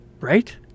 right